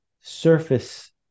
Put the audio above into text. surface